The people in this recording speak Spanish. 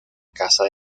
casa